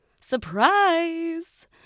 Surprise